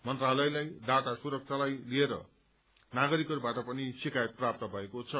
मन्त्रालयलाई डाटा सुरक्षालाई लिएर नागरिकहरूबाट पनि शिक्रयत प्राप्त भएको छ